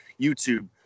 youtube